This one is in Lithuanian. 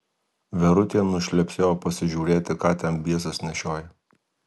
verutė nušlepsėjo pasižiūrėti ką ten biesas nešioja